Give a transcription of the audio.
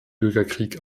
bürgerkrieg